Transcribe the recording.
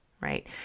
right